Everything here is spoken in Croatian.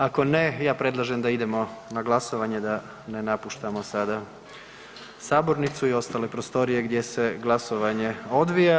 Ako ne ja predlažem da idemo na glasovanje da ne napuštamo sada sabornicu i ostale prostorije gdje se glasovanje odvija.